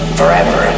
forever